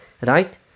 Right